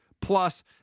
Plus